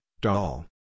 doll